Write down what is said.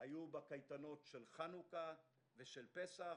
היו בקייטנות של חנוכה, פסח